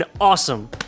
awesome